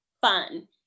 fun